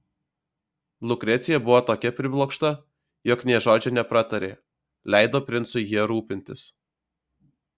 lukrecija buvo tokia priblokšta jog nė žodžio nepratarė leido princui ja rūpintis